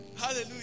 Hallelujah